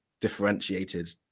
differentiated